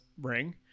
ring